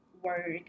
work